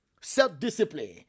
self-discipline